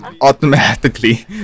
automatically